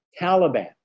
Taliban